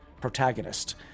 protagonist